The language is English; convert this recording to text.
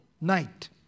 night